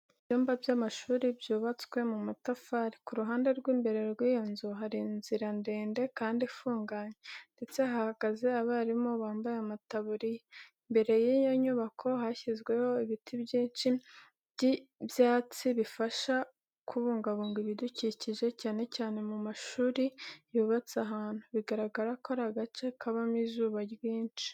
Ibyumba by'amashuri byubatswe mu matafari. Ku ruhande rw'imbere rw'iyo nzu hari inzira ndende kandi ifunganye, ndetse hahagaze abarimu bambaye amataburiya. Imbere y'iyo nyubako hashyizweho ibiti byinshi by'ibyatsi bifasha kubungabunga ibidukikije cyane cyane amashuri yubatse ahantu, bigaragara ko ari agace kabamo izuba ryinshi.